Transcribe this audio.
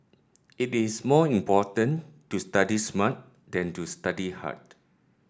it is more important to study smart than to study hard